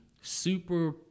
Super